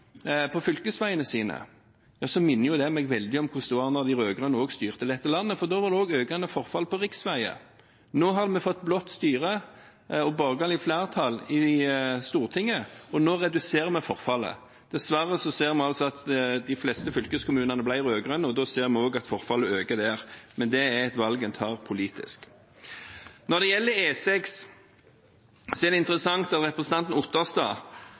på fylkesveiene sine, minner det meg veldig om hvordan det var da de rød-grønne styrte dette landet, for da var det også økende forfall på riksveier. Nå har vi fått blått styre og borgerlig flertall i Stortinget, og nå reduserer vi forfallet. Dessverre ser vi at de fleste fylkeskommunene ble rød-grønne, og da ser vi også at forfallet øker der, men det er et valg en tar politisk. Når det gjelder E6, er det interessant at representanten Otterstad,